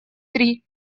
три